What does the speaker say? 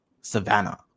Savannah